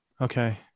Okay